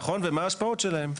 נכון, ומה ההשפעות שלהן.